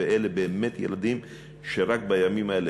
ואלה באמת ילדים שרק בימים האלה,